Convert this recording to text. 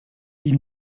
die